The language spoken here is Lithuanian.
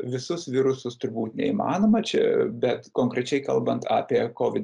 visus virusus turbūt neįmanoma čia bet konkrečiai kalbant apie kovid